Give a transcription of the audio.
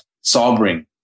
sobering